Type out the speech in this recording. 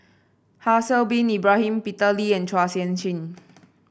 Haslir Bin Ibrahim Peter Lee and Chua Sian Chin